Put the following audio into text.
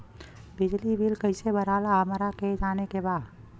बिजली बिल कईसे भराला हमरा के जाने के बा?